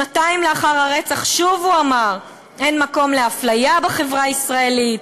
שנתיים לאחר הרצח הוא שוב אמר: "אין מקום לאפליה בחברה הישראלית.